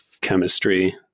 chemistry